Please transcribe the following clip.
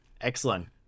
Excellent